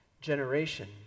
generation